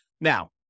Now